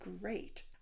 Great